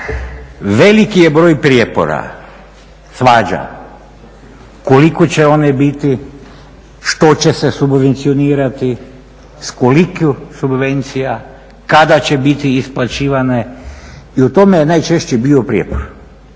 veliki je broj prijepora, svađa koliko će one biti, što će se subvencionirati, s koliko subvencija, kada će biti isplaćivanje i u tome je najčešće bio prijepor